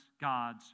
God's